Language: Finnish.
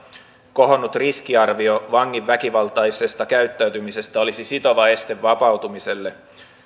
kohonnut riskiarvio vangin väkivaltaisesta käyttäytymisestä olisi sitova este vapautumiselle